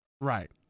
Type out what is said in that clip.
Right